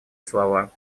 слова